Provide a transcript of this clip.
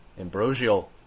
ambrosial